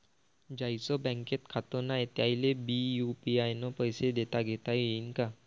ज्याईचं बँकेत खातं नाय त्याईले बी यू.पी.आय न पैसे देताघेता येईन काय?